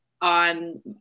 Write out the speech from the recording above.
on